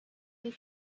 des